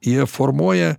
jie formuoja